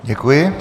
Děkuji.